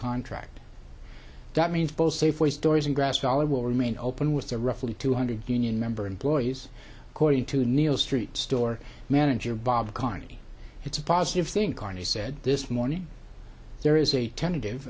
contract that means both safeway stories and grass valley will remain open with the roughly two hundred union member employees according to neil street store manager bob carney it's a positive thing carney said this morning there is a tentative